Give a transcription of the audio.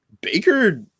Baker